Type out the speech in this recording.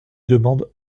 demande